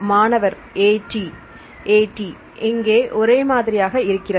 மாணவர் AT AT இங்கே ஒரே மாதிரியாக இருக்கிறது